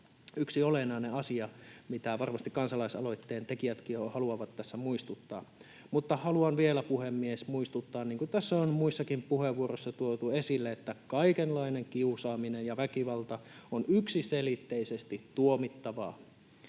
yksi olennainen asia, mistä varmasti kansalaisaloitteen tekijätkin jo haluavat tässä muistuttaa. Mutta haluan vielä, puhemies, muistuttaa, niin kuin tässä on muissakin puheenvuoroissa tuotu esille, että kaikenlainen kiusaaminen ja väkivalta on yksiselitteisesti tuomittavaa